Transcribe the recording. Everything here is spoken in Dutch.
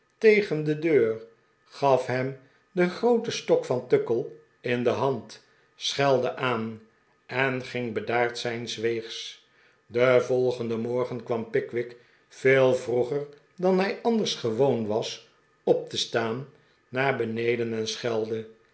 tegen de deur gaf hem den grooten stok van tuckle in de hand schelde aan en ging bedaard zijns weegs pen volgenden morgen kwam pickwick veel vroeger dan hij anders gewoon was op te staan naar beneden en schelde